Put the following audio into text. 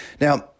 Now